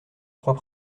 trois